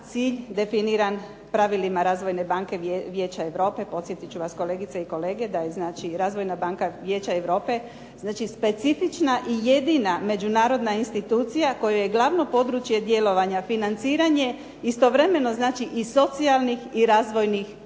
cilj definiran pravilima Razvojna banka Vijeća Europe. Podsjetit ću vas kolegice i kolege da je Razvojna banka Vijeća Europe specifična i jedina međunarodna institucija koje je glavno područje djelovanja financiranje, istovremeno i socijalnih i razvojnih